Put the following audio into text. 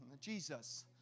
Jesus